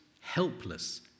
helpless